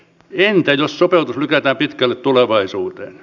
entä jos sopeutus lykätään pitkälle tulevaisuuteen